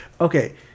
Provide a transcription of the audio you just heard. okay